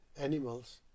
animals